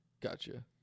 gotcha